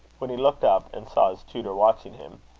when he looked up, and saw his tutor watching him,